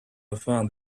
found